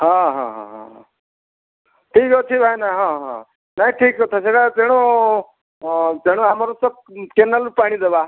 ହଁ ହଁ ହଁ ହଁ ହଁ ଠିକ୍ ଅଛି ଭାଇନା ହଁ ହଁ ନାଇଁ ଠିକ୍ କଥା ସେଇଟା ତେଣୁ ହଁ ତେଣୁ ଆମର ତ କେନାଲ ପାଣି ଦେବା